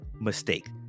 Mistake